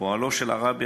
פועלו של הרבי,